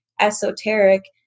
esoteric